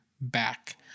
back